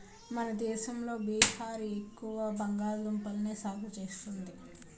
మన దేశంలో బీహార్ ఎక్కువ బంగాళదుంపల్ని సాగు చేస్తుంది